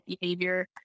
behavior